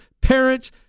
parents